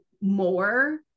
more